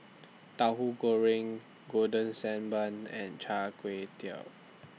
Tahu Goreng Golden Sand Bun and Chai Tow Kuay